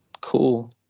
cool